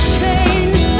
change